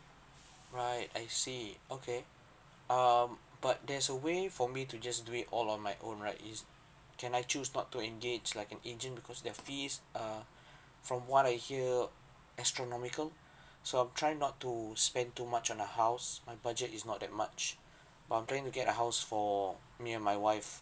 right I see okay um but there's a way for me to just do it all on my own right is can I choose not to engage like an agent cause their fees err from what I hear astronomical so I'm try not to spend too much on a house my budget is not that much but I'm trying to get a house for me and my wife